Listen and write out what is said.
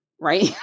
right